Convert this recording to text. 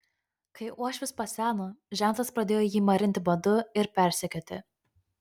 kai uošvis paseno žentas pradėjo jį marinti badu ir persekioti